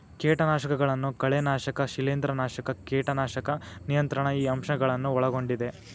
ಕೇಟನಾಶಕಗಳನ್ನು ಕಳೆನಾಶಕ ಶಿಲೇಂಧ್ರನಾಶಕ ಕೇಟನಾಶಕ ನಿಯಂತ್ರಣ ಈ ಅಂಶ ಗಳನ್ನು ಒಳಗೊಂಡಿದೆ